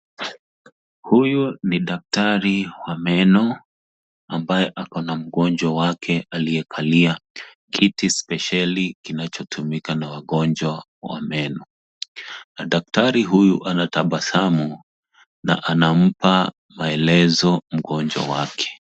Huyu ni daktari wa meno ambaye akona mgonjwa wake aliyekalia kiti speceli kinachotumika na wagonjwa wa meno na daktari huyu anatabasamu na anampa maelezo mgonjwa wake.